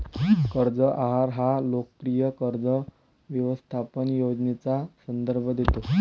कर्ज आहार हा लोकप्रिय कर्ज व्यवस्थापन योजनेचा संदर्भ देतो